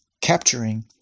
capturing